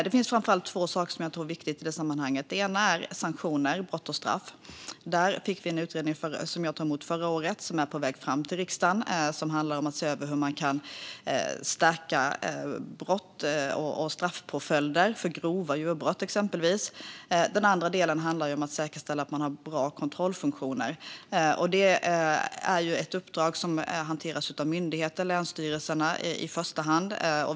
Det finns framför allt två saker som är viktiga i det sammanhanget. Det ena är sanktioner, brott och straff. Där fick vi en utredning som jag tog emot förra året och som är på väg fram till riksdagen. Det handlar om att se över hur man kan stärka straffpåföljder för exempelvis grova djurbrott. Det andra handlar om att säkerställa att man har bra kontrollfunktioner. Det är ett uppdrag som hanteras av myndigheterna och länsstyrelserna i första hand.